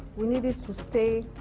we needed to stay.